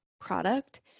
product